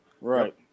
Right